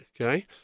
Okay